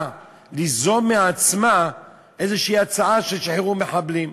ליזום מעצמה איזושהי הצעה שישתחררו מחבלים.